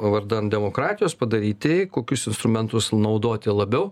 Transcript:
vardan demokratijos padaryti kokius instrumentus naudoti labiau